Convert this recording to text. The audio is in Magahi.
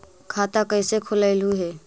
खाता कैसे खोलैलहू हे?